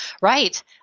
Right